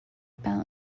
bound